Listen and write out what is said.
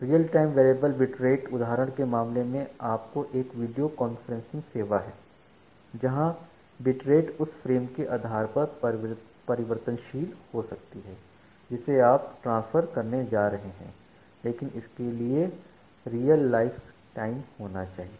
real time variable bit rate उदाहरण के मामले में एक वीडियो कॉन्फ्रेंसिंग सेवा है जहां बिट रेट उस फ्रेम के आधार पर परिवर्तनशील हो सकती है जिसे आप ट्रांसफर करने जा रहे हैं लेकिन इसके लिए रियल लाइफ टाइम होना चाहिए